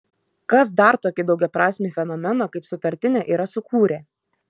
kas dar tokį daugiaprasmį fenomeną kaip sutartinė yra sukūrę